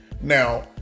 Now